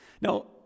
Now